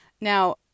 Now